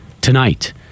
tonight